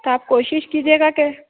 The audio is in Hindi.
तो आप कोशिश कीजिएगा कि